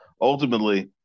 ultimately